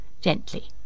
gently